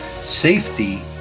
Safety